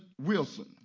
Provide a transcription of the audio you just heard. Wilson